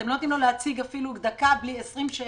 אתם לא נותנים לו להציג אפילו דקה בלי 20 שאלות.